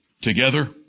Together